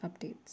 updates